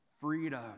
freedom